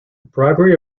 bribery